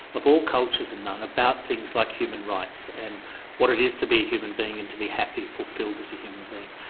of all cultures and none, about things like human rights and what it is to be a human being and to be happy, fulfilled as a human being.